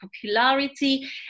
popularity